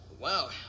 Wow